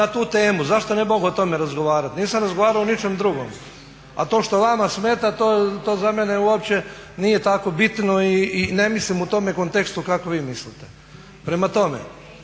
na tu temu. Zašto ne bih mogao o tome razgovarati. Nisam razgovarao o ničem drugom, a to što vama smeta to za mene uopće nije tako bitno i ne mislim u tome kontekstu kako vi mislite. Prema tome,